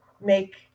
make